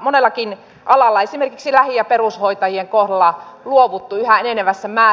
monellakin alalla esimerkiksi lähi ja perushoitajien kohdalla luovuttu yhä enenevässä määrin